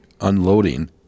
unloading